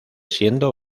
siendo